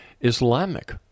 Islamic